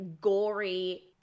gory